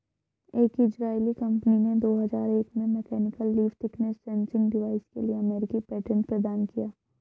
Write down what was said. एक Israeli company ने दो हजार एक में mechanical leaf thickness sensing device के लिए अमेरिकी पेटेंट प्रदान किया